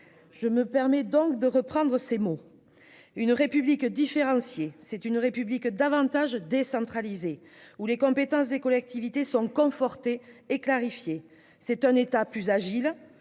Je me permets donc de reprendre ses mots :« Une République différenciée, c'est [...] une République davantage décentralisée, où les compétences des collectivités sont confortées et clarifiées. C'est un État plus agile,